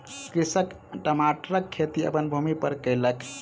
कृषक टमाटरक खेती अपन भूमि पर कयलक